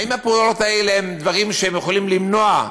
האם הפעולות האלה הן דברים שיכולים למנוע,